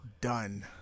done